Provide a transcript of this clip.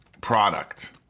product